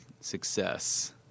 success